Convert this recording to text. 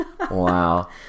Wow